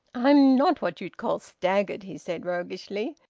i'm not what you'd call staggered, he said roguishly.